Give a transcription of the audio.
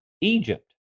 Egypt